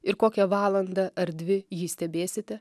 ir kokią valandą ar dvi jį stebėsite